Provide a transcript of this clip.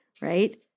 right